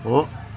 हो